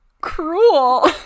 cruel